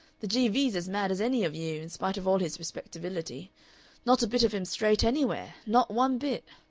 the g v s as mad as any of you, in spite of all his respectability not a bit of him straight anywhere, not one bit.